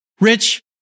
rich